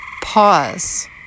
Pause